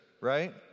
right